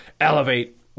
elevate